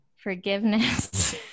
Forgiveness